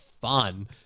fun